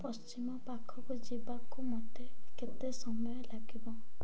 ପଶ୍ଚିମ ପାଖକୁ ଯିବାକୁ ମୋତେ କେତେ ସମୟ ଲାଗିବ